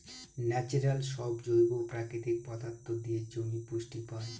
natural সব জৈব প্রাকৃতিক পদার্থ দিয়ে জমি পুষ্টি পায়